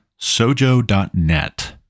sojo.net